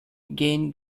gain